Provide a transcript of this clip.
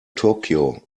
tokyo